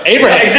Abraham